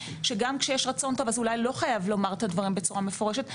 שגם כשיש רצון טוב אז אולי לא חייב לומר את הדברים בצורה מפורשת,